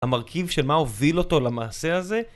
המרכיב של מה הוביל אותו למעשה הזה.